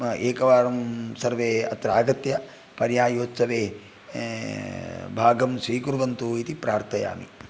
एकवारं सर्वे अत्र आगत्य पर्यायोत्सवे भागं स्वीकुर्वन्तु इति प्रार्थयामि